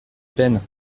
peine